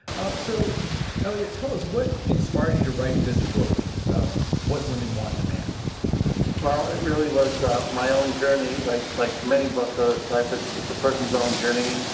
um so elliot, tell us what inspired you to write this book about what woman want in a man well, it really was um my own journey like like many books are type it's person's own journey.